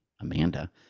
Amanda